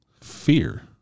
Fear